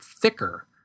thicker